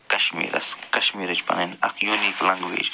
کشمیٖرس کشمیٖرٕچ پنٕنۍ اکھ یوٗنیٖک لنٛگویج